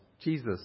Jesus